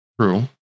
True